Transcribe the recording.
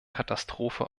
katastrophe